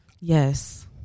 yes